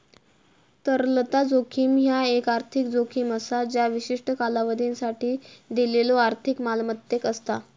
तरलता जोखीम ह्या एक आर्थिक जोखीम असा ज्या विशिष्ट कालावधीसाठी दिलेल्यो आर्थिक मालमत्तेक असता